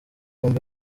bombi